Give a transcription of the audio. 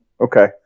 Okay